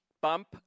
bump